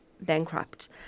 bankrupt